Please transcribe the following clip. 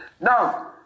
now